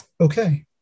Okay